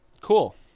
Cool